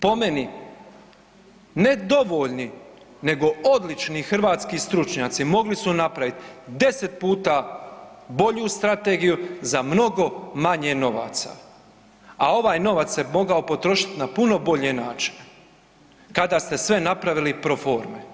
Po meni ne dovoljni, nego odlični hrvatski stručnjaci mogli su napraviti 10 puta bolju strategiju za mnogo manje novaca, a ovaj novac se mogao potrošiti na puno bolje načine kada ste sve napravili pro forme.